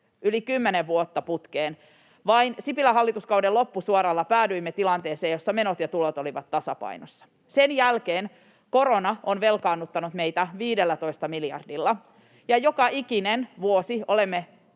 vuotta putkeen. Vain Sipilän hallituskauden loppusuoralla päädyimme tilanteeseen, jossa menot ja tulot olivat tasapainossa. Sen jälkeen korona on velkaannuttanut meitä 15 miljardilla, ja joka ikinen vuosi olemme